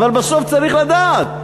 אבל בסוף צריך לדעת.